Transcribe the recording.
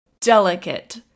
Delicate